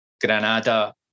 Granada